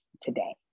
today